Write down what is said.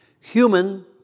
human